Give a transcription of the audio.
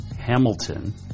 Hamilton